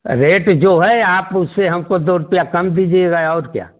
rate जो है आप उससे हमको दो रुपये कम दीजिएगा और क्या